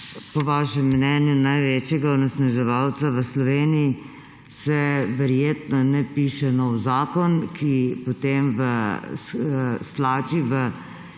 po vašem mnenju, največje onesnaževalca v Sloveniji, se verjetno ne piše novega zakona, ki potem stlači v